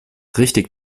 richtig